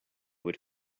would